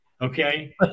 okay